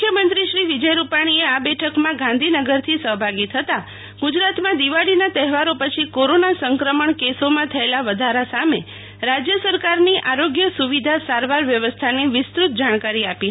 મુખ્યમંત્રી શ્રી વિજય રૂપાણીએ આ બેઠકમાં ગાંધીનગરથી સહભાગી થતાં ગુજરાતમાં દિવાળીના તહેવારો પછી કોરોના સંક્રમણ કેસોમાં થયેલા વધારા સામે રાજ્ય સરકારની આરોગ્ય સુવિધા સારવાર વ્યવસ્થાની વિસ્તૃત જાણકારી આપી હતી